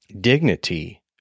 dignity